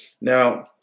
Now